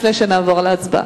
לפני שנעבור להצבעה.